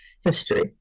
history